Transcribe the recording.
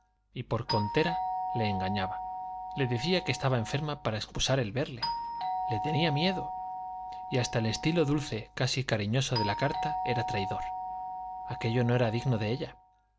y por contera le engañaba le decía que estaba enferma para excusar el verle le tenía miedo y hasta el estilo dulce casi cariñoso de la carta era traidor aquello no era digno de ella